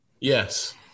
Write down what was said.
Yes